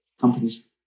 companies